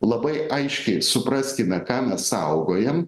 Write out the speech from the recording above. labai aiškiai supraskime ką mes saugojam